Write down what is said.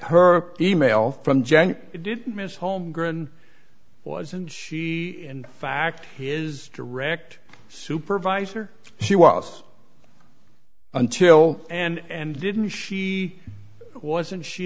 her e mail from jen didn't miss home grin wasn't she in fact his direct supervisor she was until and didn't she wasn't she